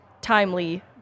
timely